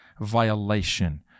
violation